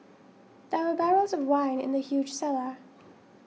there were barrels of wine in the huge cellar